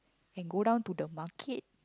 and go down to the market